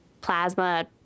plasma